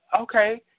Okay